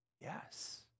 Yes